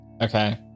Okay